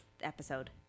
episode